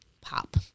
Pop